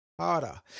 harder